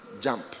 jump